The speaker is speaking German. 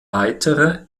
weitere